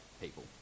people